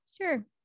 Sure